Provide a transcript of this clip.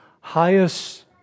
highest